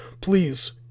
Please